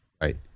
Right